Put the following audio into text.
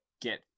Get